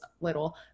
little